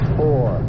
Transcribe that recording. four